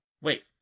wait